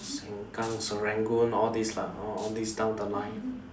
Seng-Kang Serangoon all this lah all this down the line